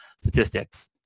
statistics